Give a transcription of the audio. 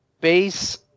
base